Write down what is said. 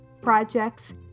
projects